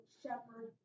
shepherd